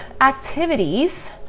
activities